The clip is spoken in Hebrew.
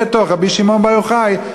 בתוך קבר רבי שמעון בר יוחאי,